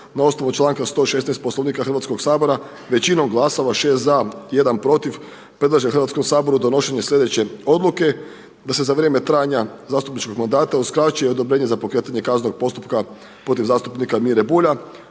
na osnovu članka 116. Poslovnika Hrvatskog sabora većinom glasova, 6 za i 1 protiv predlaže Hrvatskom saboru donošenje slijedeće odluke: Da se za vrijeme trajanja zastupničkog mandata uskraćuje odobrenje za pokretanje kaznenog postupka protiv zastupnika Mire Bulja